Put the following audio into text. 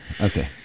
Okay